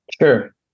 Sure